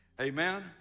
Amen